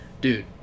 dude